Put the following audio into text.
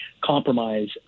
compromise